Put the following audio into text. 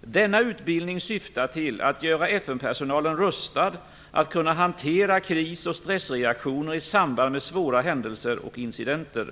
Denna utbildning syftar till att göra FN-personalen rustad att kunna hantera kris och stressreaktioner i samband med svåra händelser och incidenter.